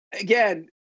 Again